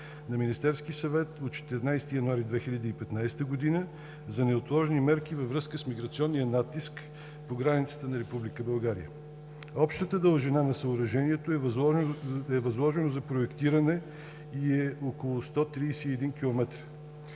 на Министерския съвет от 14 януари 2015 г. за неотложни мерки във връзка с миграционния натиск по границите на Република България. Общата дължина на съоръжението е възложено за проектиране и е около 131 км,